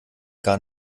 gar